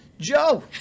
Joe